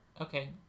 okay